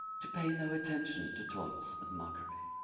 to pay no attention to taunts and mockery.